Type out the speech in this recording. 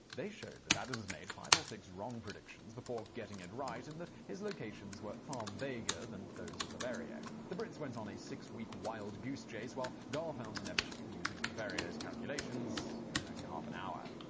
they showed that adams made five or six wrong predictions before getting it right and that his locations were far vaguer than those of le verrier. the brits went on a six-week wild goose chase while galle found neptune using le verrier's calculations in only half an hour.